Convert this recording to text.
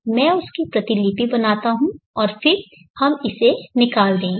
मैं उसकी प्रतिलिपि बनाता हूं और फिर हम इसे निकाल देंगे